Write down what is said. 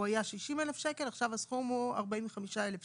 הוא היה 60,000 שקל, עכשיו הסכום הוא 45,000 שקל.